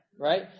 Right